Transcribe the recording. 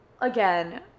again